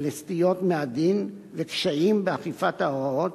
סטיות מהדין וקשיים באכיפת ההוראות,